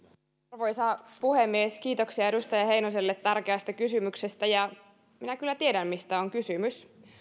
arvoisa puhemies kiitoksia edustaja heinoselle tärkeästä kysymyksestä minä kyllä tiedän mistä on kysymys